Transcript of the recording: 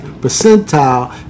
percentile